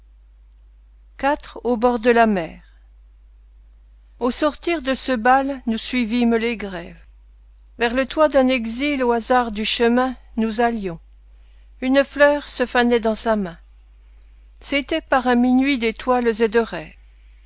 au bord de la mer au sortir de ce bal nous suivîmes les grèves vers le toit d'un exil au hasard du chemin nous allions une fleur se fanait dans sa main c'était par un minuit d'étoiles et de rêves